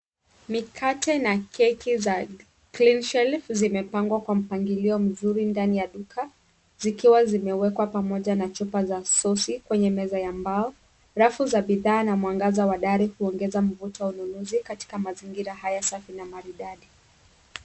Mikate na keki za Cleanshelf zimepangwa kwa mpangilio mzuri ndani ya duka, zikiwa zimewekwa pamoja na chupa za sosi kwenye meza ya mbao. Rafu za bidhaa na mwangaza wa dari huongeza mvuto wa ununuzi katika mazingira haya safi na maridadi.